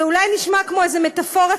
זה אולי נשמע כמו איזה מטפורה ציורית,